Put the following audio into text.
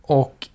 och